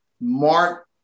Mark